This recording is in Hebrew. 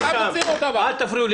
אל תפריעו לי.